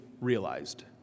realized